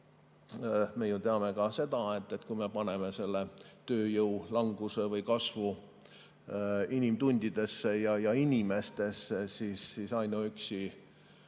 me teame ka seda, et kui me paneme selle tööjõu languse või kasvu inimtundidesse, siis ainuüksi